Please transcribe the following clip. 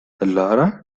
laura